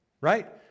Right